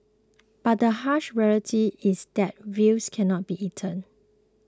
but the harsh reality is that views cannot be eaten